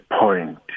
point